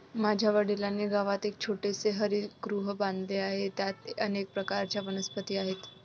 माझ्या वडिलांनी गावात एक छोटेसे हरितगृह बांधले आहे, त्यात अनेक प्रकारच्या वनस्पती आहेत